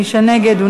מי שנגד,